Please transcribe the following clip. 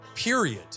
Period